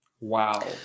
wow